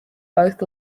both